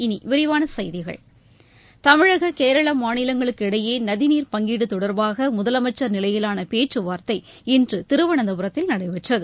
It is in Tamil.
இனி விரிவான செய்திகள் தமிழக கேரளா மாநிலங்களுக்கு இடையே நதிநீர் பங்கீடு தொடர்பாக முதலமைச்சர் நிலையிலான பேச்சுவார்த்தை இன்று திருவனந்தபுரத்தில் நடைபெற்றது